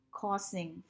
causing